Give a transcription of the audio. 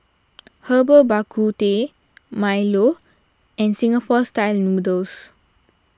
Herbal Bak Ku Teh Milo and Singapore Style Noodles